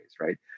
right